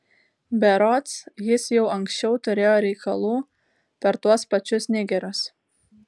berods jis jau anksčiau turėjo reikalų per tuos pačius nigerius